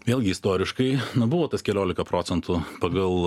vėlgi istoriškai na buvo tas keliolika procentų pagal